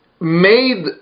made